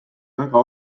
väga